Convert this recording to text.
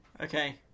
Okay